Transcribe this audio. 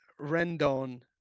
Rendon